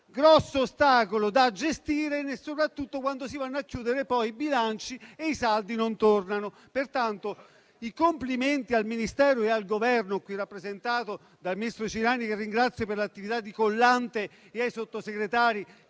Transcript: grosso ostacolo da gestire, soprattutto quando si vanno a chiudere i bilanci e i saldi non tornano. Pertanto, i complimenti al Ministero e al Governo, qui rappresentato dal ministro Ciriani, che ringrazio per l'attività di collante, e dai Sottosegretari,